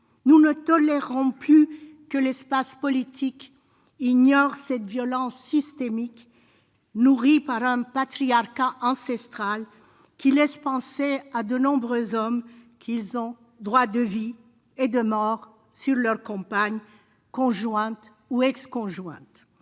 Nous ne tolérerons plus que l'espace politique ignore cette violence systémique, nourrie par un patriarcat ancestral qui laisse penser à de nombreux hommes qu'ils ont droit de vie et de mort sur leur compagne, conjointe ou ex-conjointe.